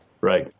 Right